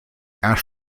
ash